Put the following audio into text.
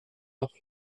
nach